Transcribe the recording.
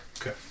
Okay